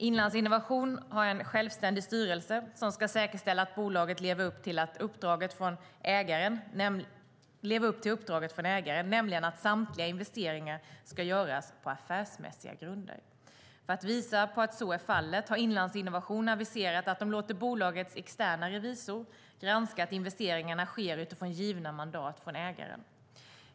Inlandsinnovation har en självständig styrelse som ska säkerställa att bolaget lever upp till uppdraget från ägaren, nämligen att samtliga investeringar ska göras på affärsmässiga grunder. För att visa på att så är fallet har Inlandsinnovation aviserat att de låter bolagets externa revisor granska att investeringarna sker utifrån givna mandat från ägaren.